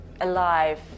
alive